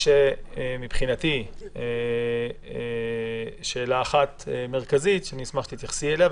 מבחינתי יש שאלה אחת מרכזית שאשמח שתתייחסי אליה,